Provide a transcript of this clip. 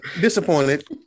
disappointed